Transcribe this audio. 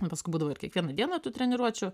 o paskui būdavo ir kiekvieną dieną tų treniruočių